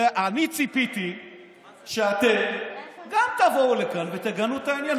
ואני ציפיתי שאתם גם תבואו לכאן ותגנו את העניין,